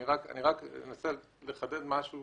אני רק מנסה לחדד משהו